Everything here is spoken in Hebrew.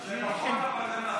תודה רבה, חבר הכנסת אחמד טיבי.